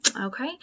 Okay